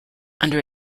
under